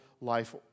life